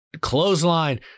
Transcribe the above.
clothesline